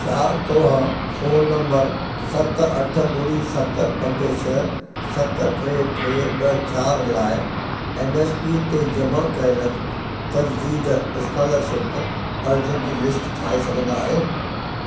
छा तव्हां phone number सत अठ ॿुड़ी सत पंज छह सत टे टे ॿ चार लाइ एन एस पी ते जमा कयल तजदीदु स्कोलरशिप अर्ज़ियुनि जी लिस्ट ठाहे सघंदा आहियो